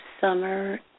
summer